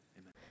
Amen